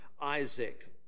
Isaac